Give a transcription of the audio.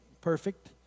perfect